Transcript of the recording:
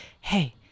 hey